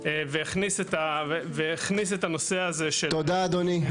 והכניס את הנושא הזה של --- תודה אדוני,